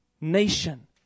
Nation